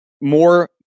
more